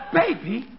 baby